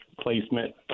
placement